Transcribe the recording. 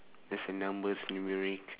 there's a numbers numeric